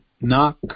knock